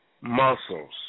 Muscles